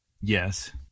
Yes